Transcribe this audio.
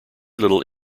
little